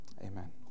Amen